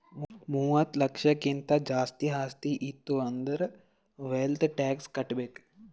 ಮೂವತ್ತ ಲಕ್ಷಕ್ಕಿಂತ್ ಜಾಸ್ತಿ ಆಸ್ತಿ ಇತ್ತು ಅಂದುರ್ ವೆಲ್ತ್ ಟ್ಯಾಕ್ಸ್ ಕಟ್ಬೇಕ್